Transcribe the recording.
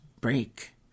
break